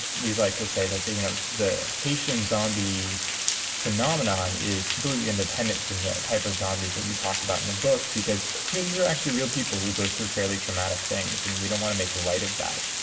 we like to say that the you know the haitian zombie phenomenon is completely independent from the type of zombies that we talk about in the book because you know these are actually real people who go through fairly traumatic things and we don't want to make light of that,